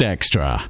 Extra